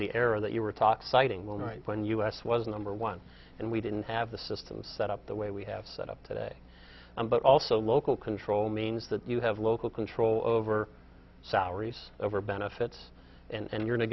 the area that you were taught citing well right when us was number one and we didn't have the system set up the way we have set up today but also local control means that you have local control over salaries over benefits and you're